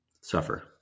suffer